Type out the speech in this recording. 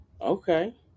Okay